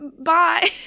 bye